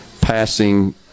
passing